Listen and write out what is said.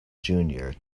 junior